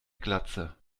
glatze